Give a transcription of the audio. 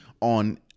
on